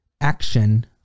action